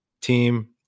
team